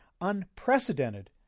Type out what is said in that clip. unprecedented